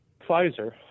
Pfizer